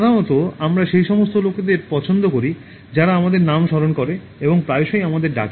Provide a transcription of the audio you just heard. সাধারণত আমরা সেই সমস্ত লোকদের পছন্দ করি যারা আমাদের নাম স্মরণ করে এবং প্রায়শই আমাদের ডাকে